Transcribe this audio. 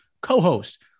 co-host